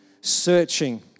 searching